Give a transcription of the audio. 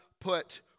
put